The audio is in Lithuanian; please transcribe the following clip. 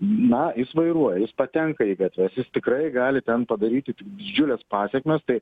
na jis vairuoja jis patenka į gatves jis tikrai gali ten padaryti didžiules pasekmes tai